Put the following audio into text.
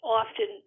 often